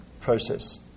process